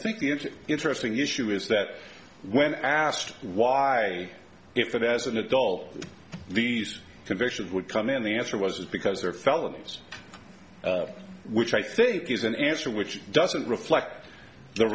think the interesting issue is that when asked why if that as an adult these convictions would come in the answer was because they're felonies which i think is an answer which doesn't reflect the